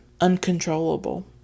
uncontrollable